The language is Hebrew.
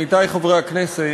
עמיתי חברי הכנסת,